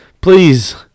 please